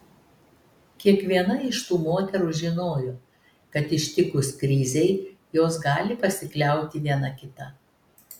kiekviena iš tų moterų žinojo kad ištikus krizei jos gali pasikliauti viena kita